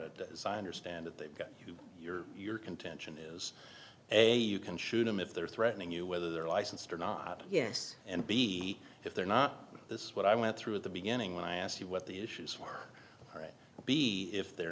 it as i understand it they've got your your contention is a you can shoot them if they're threatening you whether they're licensed or not yes and b if they're not this is what i went through at the beginning when i asked you what the issues are right if they're